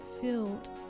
filled